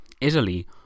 Italy